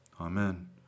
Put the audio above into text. Amen